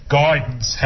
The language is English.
guidance